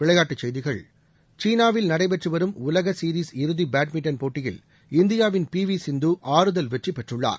விளையாட்டுச் செய்திகள் சீனாவில் நடைபெற்று வரும் உலக சீரிஸ் இறுதி பேட்மிண்டன் போட்டியில் இந்தியாவின் பி வி சிந்து ஆறுதல் வெற்றி பெற்றுள்ளார்